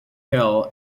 hill